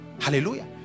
Hallelujah